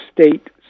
state